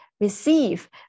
receive